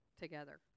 together